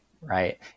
right